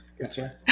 Gotcha